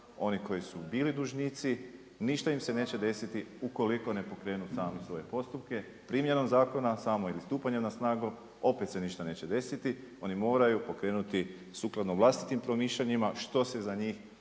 oni koji su bili dužnici, ništa im se neće desiti ukoliko ne pokrenu sami svoje postupke primjenom zakona samo ili stupanjem na snagu opet se ništa neće desiti. Oni moraju pokrenuti sukladno vlastitim promišljanjima što je za njih